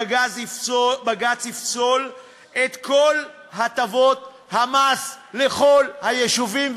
בג"ץ יפסול את כל הטבות המס לכל היישובים,